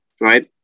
right